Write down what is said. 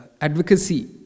advocacy